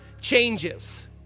changes